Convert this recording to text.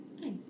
Nice